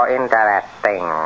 interesting